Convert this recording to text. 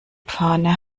pfanne